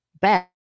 bad